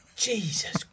Jesus